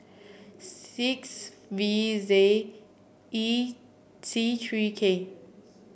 six V Z E C three K